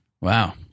Wow